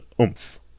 oomph